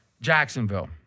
Jacksonville